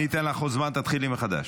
אני אתן לך עוד זמן, תתחילי מחדש.